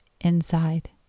inside